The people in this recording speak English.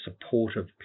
supportive